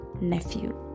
nephew